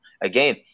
Again